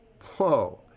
Whoa